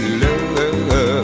love